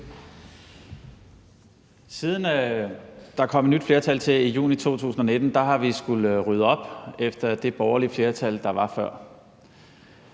Siden der kom et nyt flertal til i juni 2019, har vi skullet rydde op efter det borgerlige flertal, der var før.